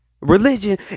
Religion